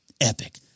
epic